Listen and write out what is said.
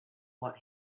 what